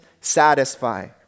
satisfy